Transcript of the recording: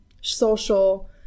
social